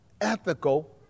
ethical